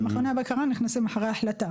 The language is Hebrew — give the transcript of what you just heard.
מכוני הבקרה נכנסים אחרי החלטה,